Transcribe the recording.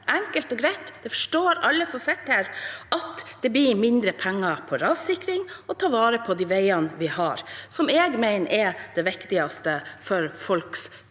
enkelt og greit, det forstår alle som sitter her – at det blir mindre penger til rassikring og til å ta vare på de veiene vi har, som jeg mener er det viktigste for folks hverdag.